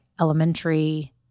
elementary